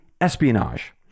espionage